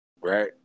right